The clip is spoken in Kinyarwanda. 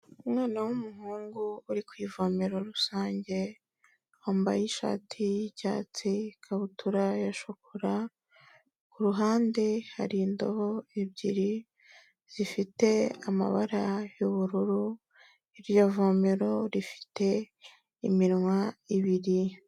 Umwana w'umuhungu uri ku ivomero rusange, wambaye ishati y'icyatsi, ikabutura ya shokora, ku ruhande hari indobo ebyiri zifite amabara y'ubururu, iryo vomero rifite iminwa ibiri.